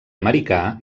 americà